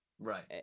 Right